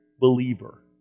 believer